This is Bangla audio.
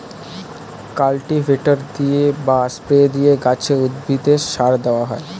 কাল্টিভেটর দিয়ে বা স্প্রে দিয়ে গাছে, উদ্ভিদে সার দেওয়া হয়